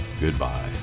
goodbye